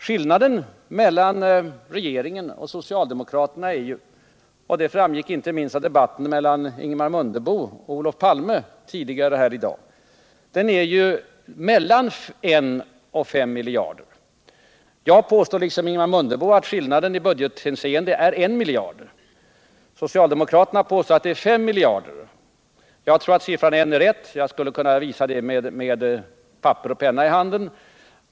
Skillnaden mellan regeringen och socialdemokraterna — vilket framgick inte minst av den tidigare debatten i dag mellan Ingemar Mundebo och Olof Palme -— ligger mellan en och fem miljarder. Jag påstår, liksom Ingemar Mundebo, att skillnaden i budgethänseende är en miljard; socialdemokraterna säger fem miljarder. Jag tror att siffran en miljard är den riktiga, och jag skulle kunna visa det om jag hade papper och penna i handen.